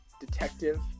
detective